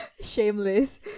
shameless